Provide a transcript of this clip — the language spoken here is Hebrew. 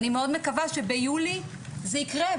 אני מאוד מקווה שביולי זה יקרה,